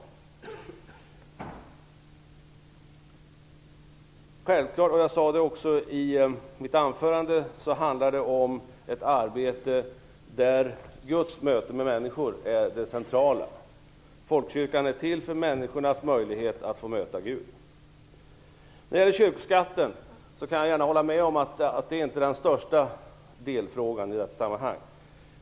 Det handlar självfallet om, vilket jag också sade i mitt anförande, ett arbete där möten med människor är det centrala. Folkkyrkan är till för människornas möjlighet att få möta Gud. När det gäller kyrkskatten kan jag gärna hålla med om att det inte är den största delfrågan i detta sammanhang.